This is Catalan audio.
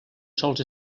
sols